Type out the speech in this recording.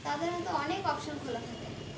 তাদের হয়তো অনেক অপশন খোলা থাকে